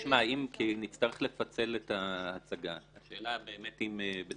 אם נצטרך לפצל את ההצגה השאלה אם יהיה לנו זמן.